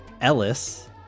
Ellis